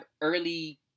early